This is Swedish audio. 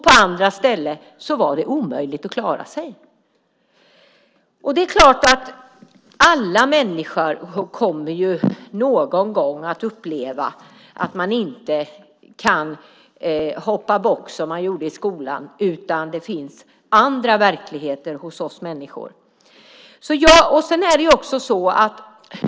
På andra ställen var det omöjligt att klara sig. Det är klart att alla människor någon gång kommer att uppleva att man inte kan hoppa bock som man gjorde i skolan, utan att det finns andra verkligheter hos oss människor.